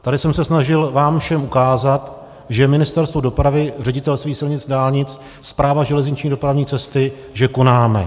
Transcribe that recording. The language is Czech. Tady jsem se snažil vám všem ukázat, že Ministerstvo dopravy, Ředitelství silnic a dálnic, Správa železniční dopravní cesty, že konáme.